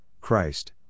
Christ